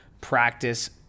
practice